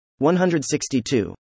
162